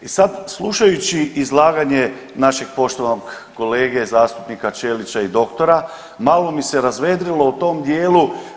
I sad slušajući izlaganje našeg poštovanog kolege zastupnika Ćelića i doktora malo mi se razvedrilo u tom dijelu.